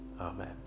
Amen